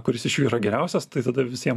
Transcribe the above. kuris iš jų yra geriausias tai tada visiem